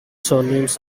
surnames